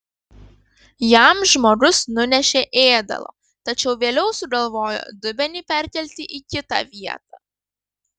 jam žmogus nunešė ėdalo tačiau vėliau sugalvojo dubenį perkelti į kitą vietą